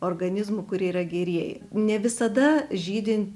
organizmų kurie yra gerieji ne visada žydi